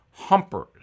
humpers